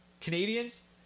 Canadians